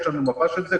יש לנו מפה של זה,